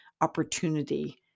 opportunity